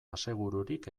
asegururik